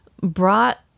brought